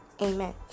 amen